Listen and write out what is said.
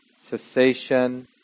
cessation